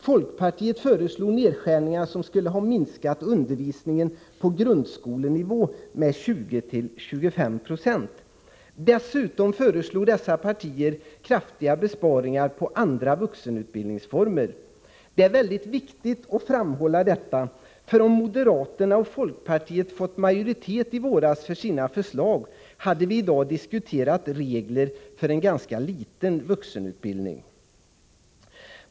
Folkpartiet föreslog nedskärningar som skulle ha minskat undervisningen på grundskolenivå med 20-25 26. Dessutom föreslog dessa partier kraftiga besparingar inom andra vuxenutbildningsformer. Det är mycket viktigt att framhålla detta, för om moderaterna och folkpartiet hade fått majoritet i våras för sina förslag, hade vi i dag diskuterat regler för en ganska liten vuxenutbildning.